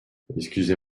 excusez